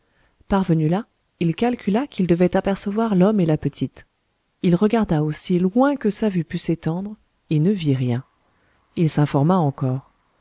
parvenu là il calcula qu'il devait apercevoir l'homme et la petite il regarda aussi loin que sa vue put s'étendre et ne vit rien il s'informa encore